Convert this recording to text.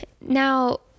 now